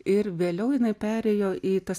ir vėliau jinai perėjo į tas